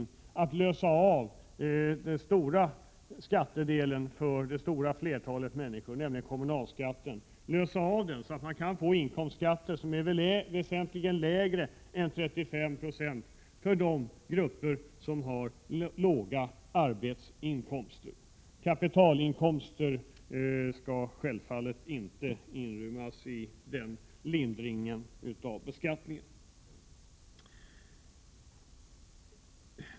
Vi vill lösa upp den största skattedelen för flertalet människor, nämligen kommunalskatten, så att man kan få inkomstskatter som är väsentligt lägre än 35 960 för de grupper som har låga arbetsinkomster. Kapitalinkomsterna skall självfallet inte inrymmas i den lindringen av beskattningen.